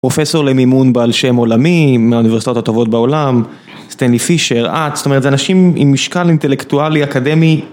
פרופסור למימון בעל שם עולמי מהאוניברסיטאות הטובות בעולם, סטנלי פישר, אה זאת אומרת זה אנשים עם משקל אינטלקטואלי אקדמי